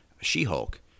She-Hulk